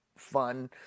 fun